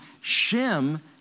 Shem